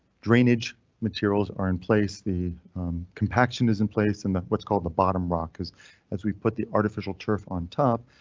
drainage materials are in place. the compaction is in place and in what's called the bottom rock is as we put the artificial turf on top.